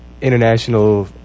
international